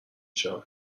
شود